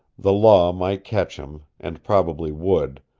the law might catch him, and probably would,